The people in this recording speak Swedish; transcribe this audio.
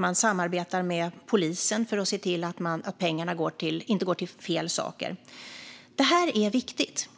man samarbetar med polisen för att se till att pengarna inte går till fel saker. Detta är viktigt.